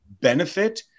benefit